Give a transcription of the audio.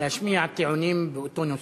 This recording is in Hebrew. להשמיע טיעונים באותו נושא.